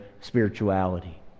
spirituality